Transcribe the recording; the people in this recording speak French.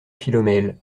philomèle